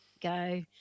go